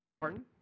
Pardon